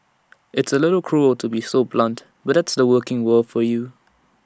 it's A little cruel to be so blunt but that's the working world for you